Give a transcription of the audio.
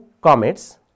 comets